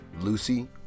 Lucy